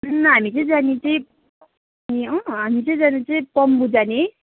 घुम्न हामी चाहिँ जाने चाहिँ ए अँ हामी चाहिँ जाने चाहिँ पन्बू जाने